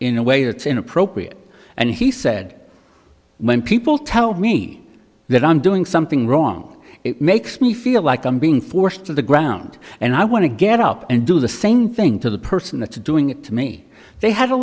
in a way it's inappropriate and he said when people tell me that i'm doing something wrong it makes me feel like i'm being forced to the ground and i want to get up and do the same thing to the person that's doing it to me they ha